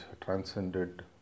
transcended